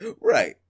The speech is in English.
right